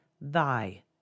thy